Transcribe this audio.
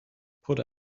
put